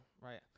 right